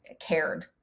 cared